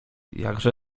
jakże